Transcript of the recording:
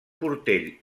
portell